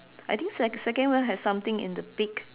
I think sec~ second one has something in the beak